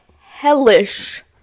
hellish